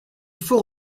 faut